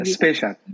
special